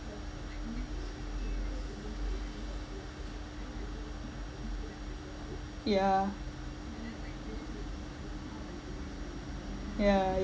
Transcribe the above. yeah ya ya